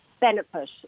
benefit